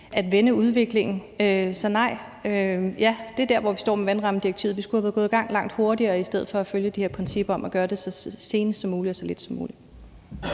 at vende udviklingen. Så det er der, hvor vi står i forhold til vandrammedirektivet: Vi skulle være gået i gang langt hurtigere i stedet for at følge de her principper om at gøre det så sent som muligt og gøre så lidt som muligt.